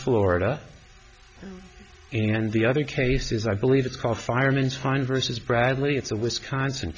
florida and the other cases i believe it's called fireman's fund versus bradley it's a wisconsin